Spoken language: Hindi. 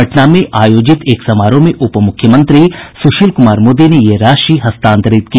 पटना में आयोजित एक समारोह में उप मुख्यमंत्री सुशील कुमार मोदी ने ये राशि हस्तांतरित की